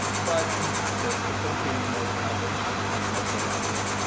but in practice, the code here is more of a collaboration between multiple browsers.